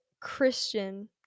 Christian